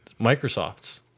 Microsoft's